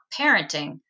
parenting